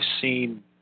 seen